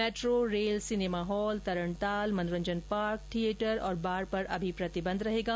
metro rail cinema hall तरणताल मनोरंजन park theatre और बार पर अभी प्रतिबंध रहेगा